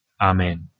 Amen